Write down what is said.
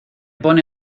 pone